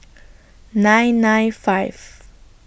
nine nine five